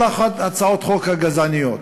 כל הצעות החוק הגזעניות,